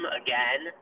again